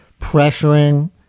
pressuring